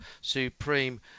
Supreme